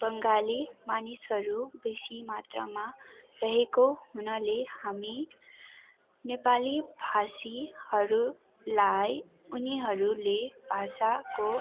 बङ्गाली मानिसहरू बेसी मात्रामा रहेको हुनाले हामी नेपाली भाषीहरूलाई उनीहरूले भाषाको